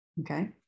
okay